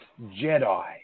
Jedi